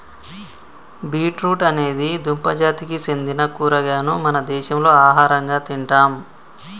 beet root అనేది దుంప జాతికి సెందిన కూరగాయను మన దేశంలో ఆహరంగా తింటాం